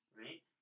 right